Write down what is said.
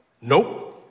nope